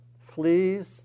Fleas